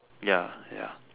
ya ya